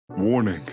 Warning